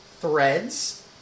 Threads